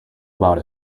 about